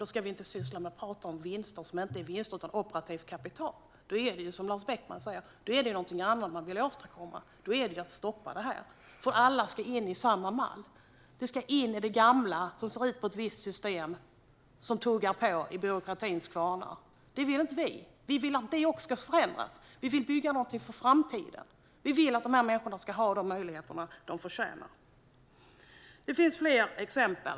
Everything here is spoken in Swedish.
Vi ska inte prata om vinster som inte är vinster utan operativt kapital. Annars är det som Lars Beckman säger, att det är någonting annat som man vill åstadkomma. Man vill stoppa det här. Alla ska in i samma mall, in i det gamla systemet som maler på i byråkratins kvarnar. Det vill vi inte. Vi vill att det ska förändras. Vi vill bygga någonting för framtiden. Vi vill att de här människorna ska ha de möjligheter som de förtjänar. Det finns fler exempel.